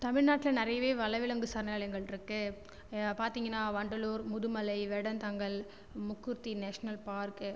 தமிழ்நாட்டில நிறையவே வனவிலங்கு சரணாலயங்கள் இருக்கு பார்த்திங்கனா வண்டலூர் முதுமலை வேடந்தாங்கல் முக்கூர்த்தி நேஷனல் பார்க்